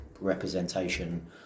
representation